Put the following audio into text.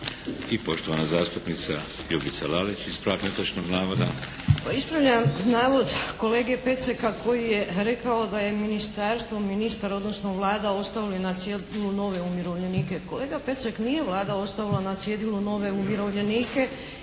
I poštovana zastupnica Ljubica Lalić ispravak netočnog navoda. **Lalić, Ljubica (HSS)** Pa ispravljam navod kolege Peceka koji je rekao ministarstvo, ministar odnosno Vlada ostavila na cjedilu nove umirovljenike. Kolega Pecek, nije Vlada ostavila na cjedilu nove umirovljenike